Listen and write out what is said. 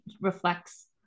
reflects